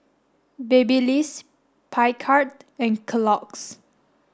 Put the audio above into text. Babyliss Picard and Kellogg's